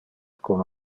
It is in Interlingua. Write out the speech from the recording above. con